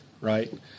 right